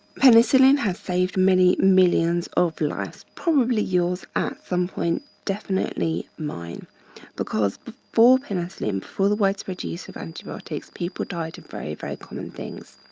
penicillin has saved many millions of lives, probably yours at some point, definitely mine because before penicillin, before the widespread use of antibiotics, people died from very, very common things.